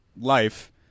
life